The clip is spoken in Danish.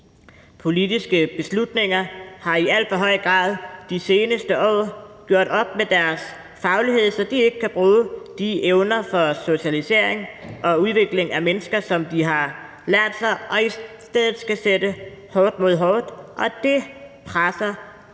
Politiske beslutninger har i alt for høj grad i de seneste år gjort op med deres faglighed, så de ikke kan bruge de evner for socialisering og udvikling af mennesker, som de har lært sig, og de i stedet skal sætte hårdt mod hårdt, og det presser